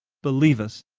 believe us!